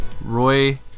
Roy